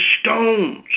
stones